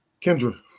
Kendra